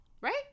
right